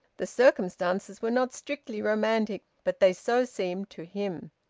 the circumstances were not strictly romantic, but they so seemed to him.